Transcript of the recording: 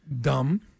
dumb